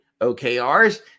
OKRs